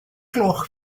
gloch